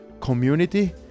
community